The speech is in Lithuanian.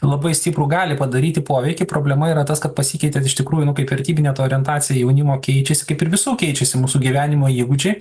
labai stiprų gali padaryti poveikį problema yra tas kad pasikeitė iš tikrųjų nu kaip vertybinė ta orientacija jaunimo keičiasi kaip ir visų keičiasi mūsų gyvenimo įgūdžiai